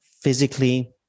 physically